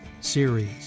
series